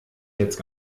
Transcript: jetzt